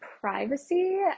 privacy